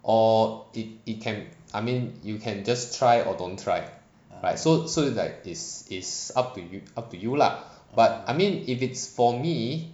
or it it can I mean you can just try or don't try right so so it's like is is up to you up to you lah but I mean if it's for me